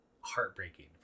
heartbreaking